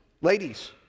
Ladies